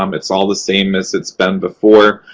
um it's all the same as it's been before.